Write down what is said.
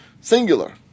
singular